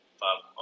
five